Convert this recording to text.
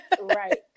Right